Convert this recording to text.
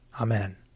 Amen